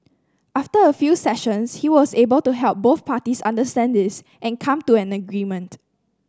after a few sessions he was able to help both parties understand this and come to an agreement